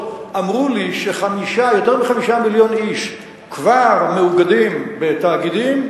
אמרו לי שיותר מ-5 מיליון איש כבר מאוגדים בתאגידים,